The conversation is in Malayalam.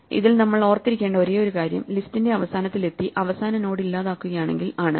ഇതിൽ നമ്മൾ ഓർത്തിരിക്കേണ്ട ഒരേയൊരു കാര്യം ലിസ്റ്റിന്റെ അവസാനത്തിൽ എത്തി അവസാന നോഡ് ഇല്ലാതാക്കുകയാണെങ്കിൽ ആണ്